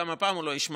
גם הפעם הוא לא ישמע,